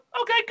okay